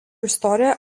istorija